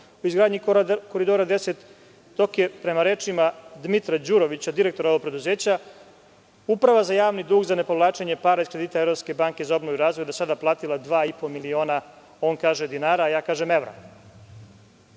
u izgradnji „Koridora 10“, dok je prema rečima Dmitra Đurovića, direktora ovog preduzeća, Uprava za javni dug za ne povlačenje para iz kredita Evropske banke za obnovu i razvoj, do sada je platila 2,5 miliona, on kaže dinara, a ja kažem